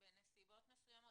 בנסיבות מסוימות.